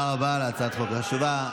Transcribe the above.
תודה רבה, הצעת חוק חשובה.